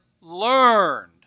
learned